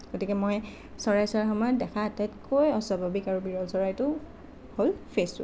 গতিকে মই চৰাই চোৱাৰ সময়ত দেখা আটাইতকৈ অস্বাভাৱিক আৰু বিৰল চৰাইটো হ'ল ফেচু